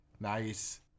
nice